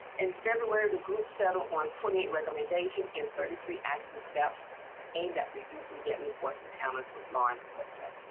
in february to settle on twenty recommendation in thirty three action steps and reducing getting force encounter with law enforcement.